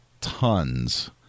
tons